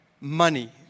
money